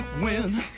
win